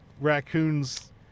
raccoon's